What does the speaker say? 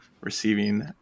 receiving